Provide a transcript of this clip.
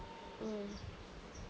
mm